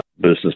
business